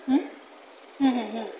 ହୁଁ ହୁଁ ହୁଁ